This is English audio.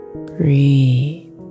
Breathe